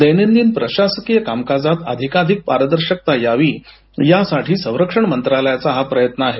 दैनंदिन प्रशासकीय कामकाजातही अधिकाधिक पारदर्शकता आणण्याचा संरक्षण मंत्रालयाचा प्रयत्न आहे